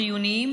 חיוניים,